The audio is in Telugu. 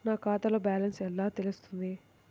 నా ఖాతాలో బ్యాలెన్స్ ఎలా తెలుస్తుంది?